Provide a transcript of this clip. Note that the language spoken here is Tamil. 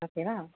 ஓகேவா